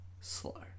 slow